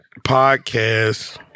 podcast